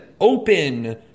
open